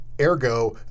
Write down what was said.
ergo